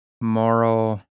moral